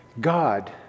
God